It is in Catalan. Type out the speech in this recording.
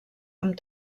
amb